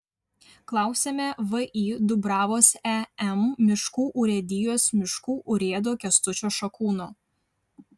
klausiame vį dubravos em miškų urėdijos miškų urėdo kęstučio šakūno